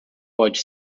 pode